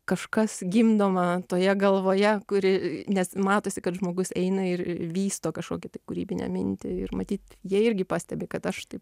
kažkas gimdoma toje galvoje kuri nes matosi kad žmogus eina ir vysto kažkokią kūrybinę mintį ir matyt jie irgi pastebi kad aš tai